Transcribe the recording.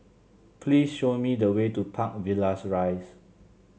please show me the way to Park Villas Rise